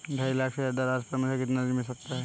ढाई लाख से ज्यादा राशि पर मुझे कितना ऋण मिल सकता है?